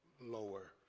lower